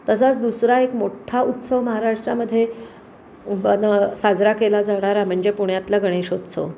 तसाच दुसरा एक मोठा उत्सव महाराष्ट्रामध्ये बन साजरा केला जाणारा म्हणजे पुण्यातला गणेशोत्सव